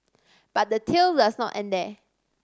but the tail does not end there